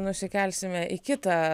nusikelsime į kitą